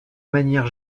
manière